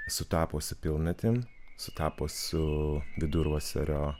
sutapo su pilnatim sutapo su vidurvasario